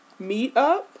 meetup